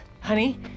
honey